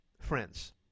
friends